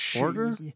order